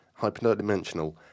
hyperdimensional